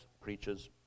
preachers